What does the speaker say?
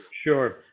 Sure